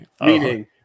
meaning